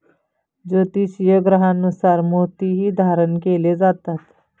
ज्योतिषीय ग्रहांनुसार मोतीही धारण केले जातात